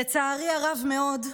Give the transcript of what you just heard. לצערי הרב מאוד,